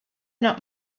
not